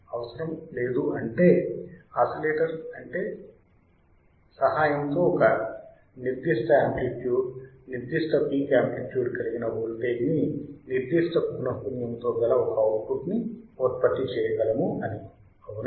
అవసరం అంటే ఆసిలేటర్ అంటే సహాయముతో ఒక నిర్దిష్ట యాంప్లిట్యూడ్ నిర్దిష్ట పీక్ యాంప్లిట్యూడ్ కలిగిన వోల్టేజ్ ని నిర్దిష్ట పౌనఃపున్యముతో గల ఒక అవుట్పుట్ ని ఉత్పత్తి చేయగలము అని అవునా